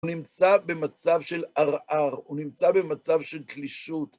הוא נמצא במצב של ערער, הוא נמצא במצב של תלישות.